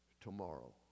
tomorrow